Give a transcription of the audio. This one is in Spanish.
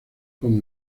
como